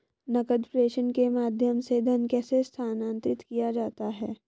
नकद प्रेषण के माध्यम से धन कैसे स्थानांतरित किया जाता है?